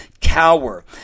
cower